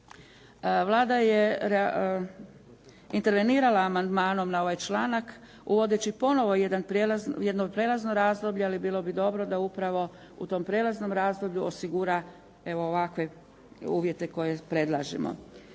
Vlada je intervenirala amandmanom na ovaj članak, uvodeći ponovno jedno prelazno razdoblje ali bilo bi dobro da u tom prijelaznom razdoblju osigura evo ovakve uvjete koje predlažemo.